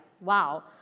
wow